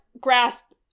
grasp